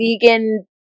vegan